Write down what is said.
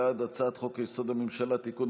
בעד הצעת חוק-יסוד: הממשלה (תיקון,